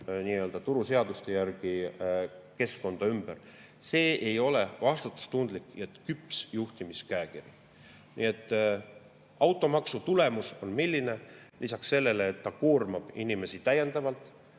muudabki turuseaduste järgi keskkonda ümber – see ei ole vastutustundlik ja küps juhtimiskäekiri. Aga automaksu tulemus on milline? Lisaks sellele, et see koormab inimesi täiendavalt,